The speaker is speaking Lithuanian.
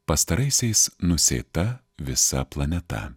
pastaraisiais nusėta visa planeta